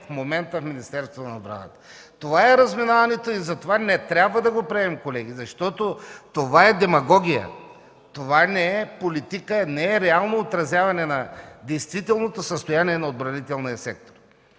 в момента Министерството на отбраната. Това е разминаването. Затова не трябва да приемаме доклада, колеги, защото е демагогия, не е политика, не е реалното отразяване на действителното състояние на отбранителния сектор.